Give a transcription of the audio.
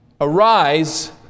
Arise